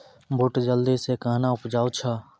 बूट जल्दी से कहना उपजाऊ छ?